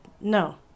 No